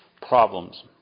problems